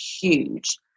huge